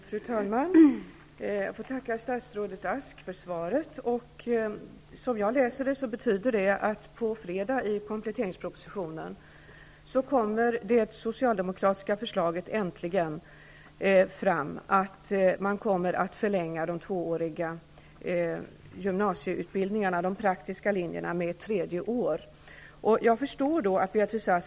Fru talman! Jag får tacka statsrådet Ask för svaret. Som jag läser det betyder det att det socialdemokratiska förslaget att förlänga de tvååriga gymnasieutbildningarna, de praktiska linjerna, med ett tredje år äntligen läggs fram på fredag i kompletteringspropositionen.